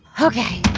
ok.